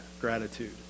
gratitude